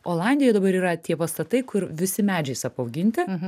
olandijoj dabar yra tie pastatai kur visi medžiais apauginti